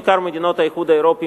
בעיקר מדינות האיחוד האירופי,